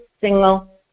single